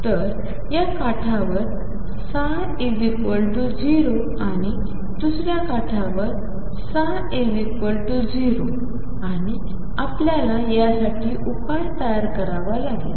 तर या काठावर ψ0 आणि दुसऱ्या काठावर ψ0 आणि आपल्याला यासाठी उपाय तयार करावा लागेल